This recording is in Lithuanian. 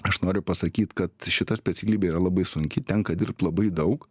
aš noriu pasakyt kad šita specialybė yra labai sunki tenka dirbt labai daug